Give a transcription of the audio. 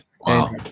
Wow